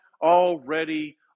already